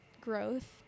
growth